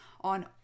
on